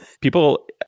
People